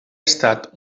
estat